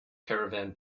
caravan